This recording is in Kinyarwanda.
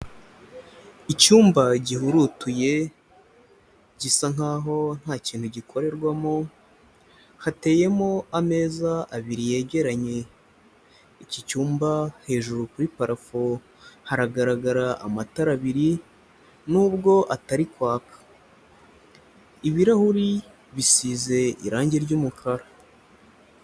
Icyumba gihurutuye gisa nkaho nta kintu gikorerwamo, hateyemo ameza abiri yegeranye, iki cyumba hejuru kuri parafo haragaragara amatara abiri nubwo atari kwaka, ibirahuri bisize irange ry'umukara.